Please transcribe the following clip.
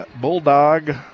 Bulldog